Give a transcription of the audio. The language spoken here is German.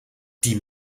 die